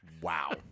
Wow